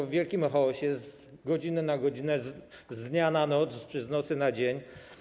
w wielkim chaosie, z godziny na godzinę, z dnia na noc czy z nocy na dzień.